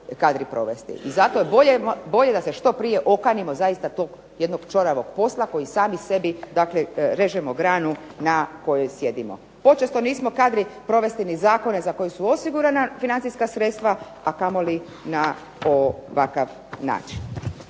kadri provesti. I zato bolje da se što prije okanimo zaista tog jednog ćoravog posla koji sami sebi dakle režemo granu na kojoj sjedimo. Počesto nismo kadri provesti ni zakone za koje su osigurana financijska sredstva, a kamoli na ovakav način.